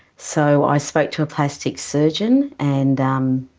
so i spoke to a plastic surgeon and um